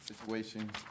situation